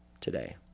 today